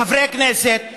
חברי הכנסת,